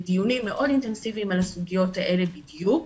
אנחנו בדיונים מאוד אינטנסיביים על הסוגיות האלה בדיוק.